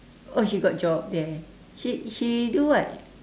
oh she got job there she she do what